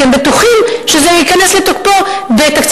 כי הם בטוחים שזה ייכנס לתוקפו בתקציב